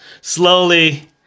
Slowly